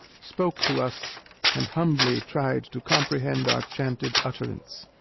spoke to us and humbly tried to comprehend our chanted utterance.